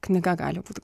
knyga gali būt